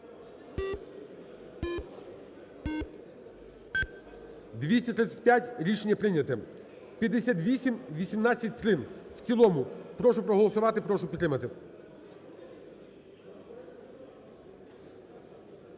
Рішення прийняте. 5618-27 в цілому. Прошу проголосувати, прошу підтримати